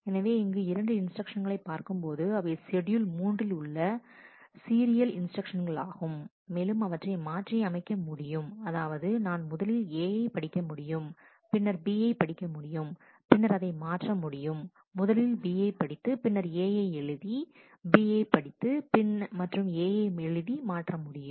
எனவே இங்கு இரண்டு இன்ஸ்டிரக்ஷன்ஸ்களை பார்க்கும்போது அவை ஷெட்யூல் மூன்றில் உள்ள சீரியல் இன்ஸ்டிரக்ஷன்ஸ்களாகும் மேலும் அவற்றை மாற்றி அமைக்க முடியும் அதாவது நான் முதலில் A யை படிக்க முடியும் பின்னர் B யை படிக்க முடியும் பின்னர் அதை மாற்ற முடியும் முதலில் B யை படித்து பின்னர் A யை எழுதி B யை படித்து மற்றும் A யை எழுதி மாற்ற முடியும்